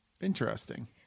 Interesting